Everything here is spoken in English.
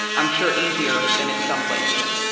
i'm sure, easier than in some places,